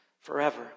forever